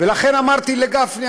ולכן אמרתי לגפני,